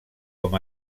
com